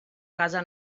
casa